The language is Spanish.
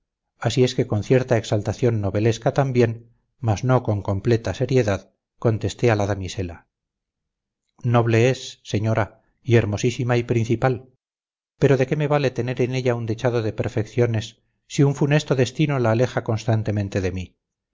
así es que con cierta exaltación novelesca también mas no con completa seriedad contesté a la damisela noble es señora y hermosísima y principal pero de qué me vale tener en ella un dechado de perfecciones si un funesto destino la aleja constantemente de mí